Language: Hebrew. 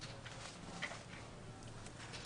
בבקשה.